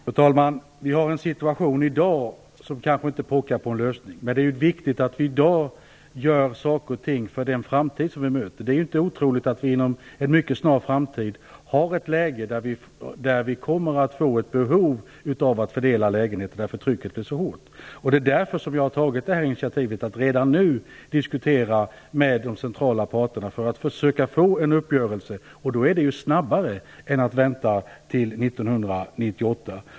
Fru talman! Dagens situation pockar kanske inte på en lösning, men det är viktigt att vi i dag gör saker och ting för den framtid som vi möter. Det är inte otroligt att vi inom en mycket snar framtid har ett läge där vi kommer att få ett behov av att fördela lägenheter därför att trycket är så hårt. Det är därför jag har tagit initiativet att redan nu diskutera med de centrala parterna för att försöka få en uppgörelse. Då sker det någonting snabbare än om man väntar till 1998.